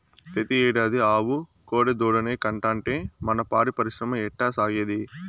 పెతీ ఏడాది ఆవు కోడెదూడనే కంటాంటే మన పాడి పరిశ్రమ ఎట్టాసాగేది